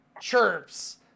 chirps